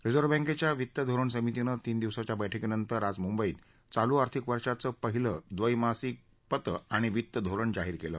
reserve बँकेच्या वित्त धोरण समितीनं तीन दिवसांच्या बैठकीनंतर आज मुंबईत चालू आर्थिक वर्षांचं पहिलं द्विमासिक पतं आणि वित्त धोरण जाहीर केलं